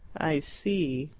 i see.